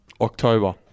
October